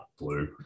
blue